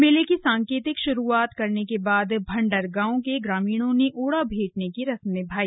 मेले की सांकेतिक श्रुआत करने के बाद भंडर गांव के ग्रामीणों ने ओड़ा भैंटने की रस्म निभाई